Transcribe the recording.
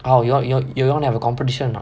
oh you you you you wanna have a competition or not